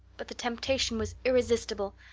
but the temptation was irresistible.